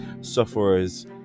sufferers